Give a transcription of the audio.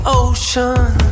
ocean